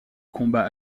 combat